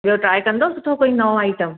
ॿियो ट्राए कंदव सुठो कोई नओं आइटम